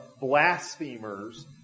blasphemers